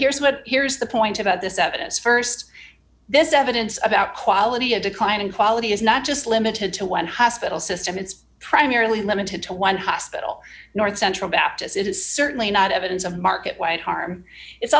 here's what here's the point about this evidence st this evidence about quality of decline in quality is not just limited to one hospital system it's primarily limited to one hospital north central baptise it is certainly not evidence of market wide harm it's